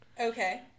Okay